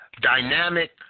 dynamic